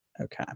Okay